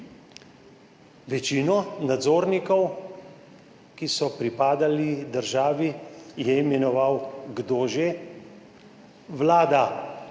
Večino nadzornikov, ki so pripadali državi, je imenovala – kdo že – vlada,